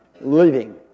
living